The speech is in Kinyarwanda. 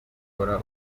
ukora